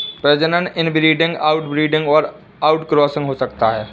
प्रजनन inbreeding, outbreeding और outcrossing हो सकता है